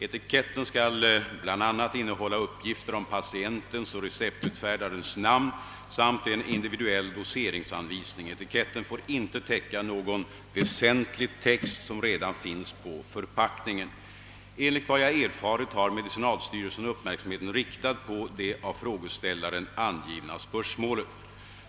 Etiketten skall bl.a. innehålla uppgifter om patientens och receptutfärdarens namn samt en individuell doseringsanvisning. Etiketten får inte täcka någon väsentlig text som redan finns på förpackningen. Enligt vad jag erfarit har medicinalstyrelsen uppmärksamheten riktad på det av frågeställaren angivna spörsmålet.